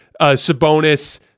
Sabonis